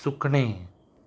सुकणें